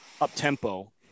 up-tempo